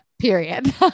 period